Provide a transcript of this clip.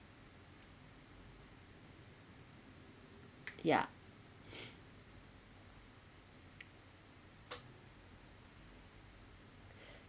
ya